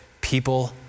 people